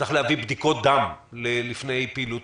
צריך להביא בדיקות דם לפני פעילות